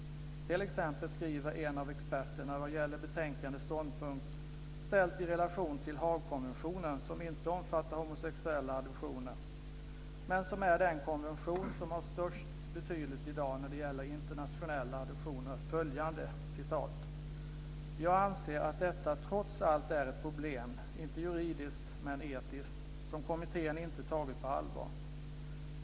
T.ex. skriver en av experterna vad gäller betänkandets ståndpunkt, ställt i relation till Haagkonventionen som inte omfattar homosexuella adoptioner men som är den konvention som har störst betydelse i dag när det gäller internationella adoptioner, följande: "Jag anser att detta trots allt är ett problem, inte juridiskt men etiskt, som kommittén inte tagit på allvar.